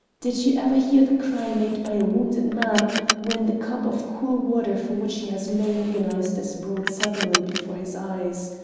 did you ever hear the cry made by a wounded man when the cup of cool water for which he has long agonized is brought suddenly before his eyes?